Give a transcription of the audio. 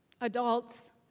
adults